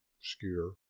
skewer